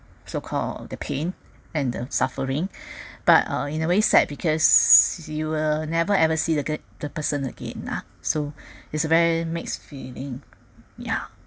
so called the pain and the suffering but uh in a way sad because you'll never ever see the the person again lah so it's a very mixed feeling yeah